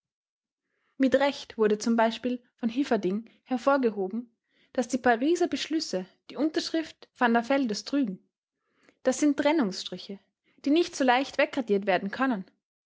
mit recht wurde z b von hilferding hervorgehoben daß die pariser beschlüsse die unterschrift vanderveldes trügen das sind trennungsstriche die nicht so leicht wegradiert werden können